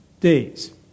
days